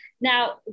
Now